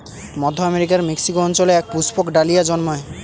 মধ্য আমেরিকার মেক্সিকো অঞ্চলে এক পুষ্পক ডালিয়া জন্মায়